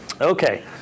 Okay